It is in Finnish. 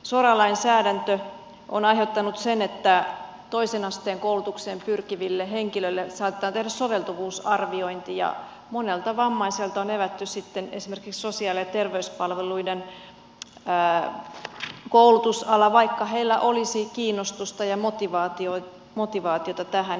sora lainsäädäntö on aiheuttanut sen että toisen asteen koulutukseen pyrkiville henkilöille saatetaan tehdä soveltuvuusarviointi ja monelta vammaiselta on evätty sitten esimerkiksi sosiaali ja terveyspalveluiden koulutusala vaikka heillä olisi kiinnostusta ja motivaatiota tähän